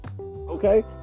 Okay